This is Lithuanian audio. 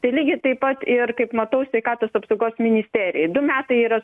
tai lygiai taip pat ir kaip matau sveikatos apsaugos ministerijai du metai yra